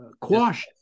Quash